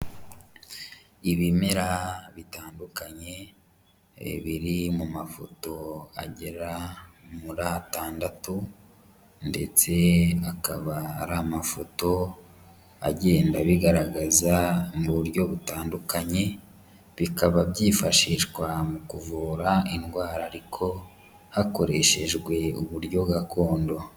Ibimera bitandukanye biri mu mafoto agera muri atandatu, ndetse akaba ari amafoto agenda abigaragaza mu buryo butandukanye, bikaba byifashishwa mu kuvura indwara ariko hakoreshejwe uburyo gakondo.